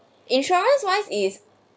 insurance wise is